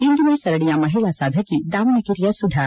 ಇಂದಿನ ಸರಣಿಯ ಮಹಿಳಾ ಸಾಧಕಿ ದಾವಣಗೆರೆಯ ಸುಧಾ